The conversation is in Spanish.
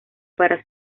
para